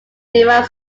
demand